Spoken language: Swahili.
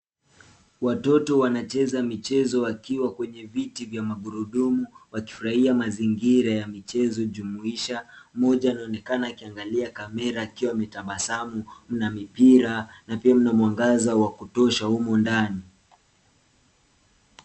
Watoto wanacheza michezo wakiwa kwenye viti vya magurudumu wakifurahia mazingira ya michezo jumuisha. Mmoja anaonekana akiangalia kamera akiwa ametabasamu na mipira na pia kuna mwangaza wa kutosha humu ndani.